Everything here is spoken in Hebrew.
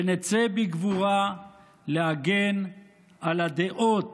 ונצא בגבורה להגן על הדעות